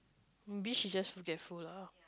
maybe she's just forgetful lah